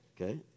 Okay